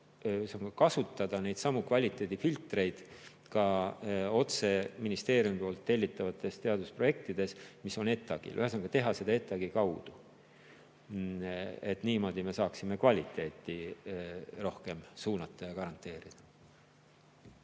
kasutada neidsamu kvaliteedifiltreid ka otse ministeeriumi poolt tellitavate teadusprojektide puhul, mis on ETAG-il. Ühesõnaga, teha seda ETAG-i kaudu. Niimoodi me saaksime kvaliteeti rohkem suunata ja garanteerida.